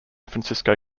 francisco